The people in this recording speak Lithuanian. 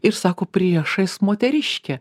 ir sako priešais moteriškė